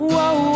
Whoa